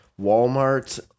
Walmart